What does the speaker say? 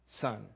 Son